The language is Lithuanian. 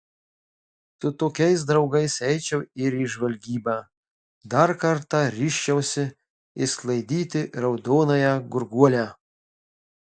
su tokiais draugais eičiau ir į žvalgybą dar kartą ryžčiausi išsklaidyti raudonąją gurguolę